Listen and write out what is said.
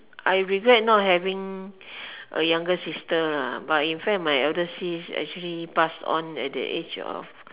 I regret not having a younger sister lah but in fact my elder sis actually passed on at the age of